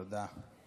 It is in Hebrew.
תודה.